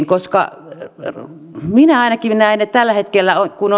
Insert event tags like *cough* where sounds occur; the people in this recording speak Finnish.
*unintelligible* koska minä ainakin näen että tällä hetkellä kun *unintelligible*